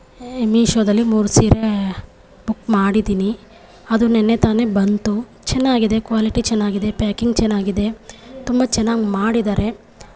ಮೀಶೋದಲ್ಲಿ ಮೂರು ಸೀರೇ ಬುಕ್ ಮಾಡಿದ್ದೀನಿ ಅದು ನಿನ್ನೆ ತಾನೆ ಬಂತು ಚೆನ್ನಾಗಿದೆ ಕ್ವಾಲಿಟಿ ಚೆನ್ನಾಗಿದೆ ಪ್ಯಾಕಿಂಗ್ ಚೆನ್ನಾಗಿದೆ ತುಂಬ ಚೆನ್ನಾಗಿ ಮಾಡಿದ್ದಾರೆ